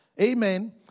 amen